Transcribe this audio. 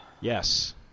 Yes